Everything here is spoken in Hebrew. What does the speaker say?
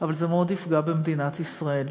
אבל זה מאוד יפגע במדינת ישראל.